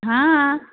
हां